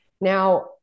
Now